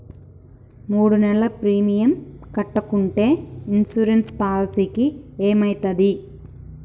మూడు నెలలు ప్రీమియం కట్టకుంటే ఇన్సూరెన్స్ పాలసీకి ఏమైతది?